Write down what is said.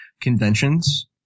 conventions